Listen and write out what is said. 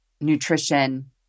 nutrition